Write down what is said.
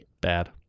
Bad